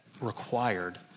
required